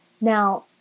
Now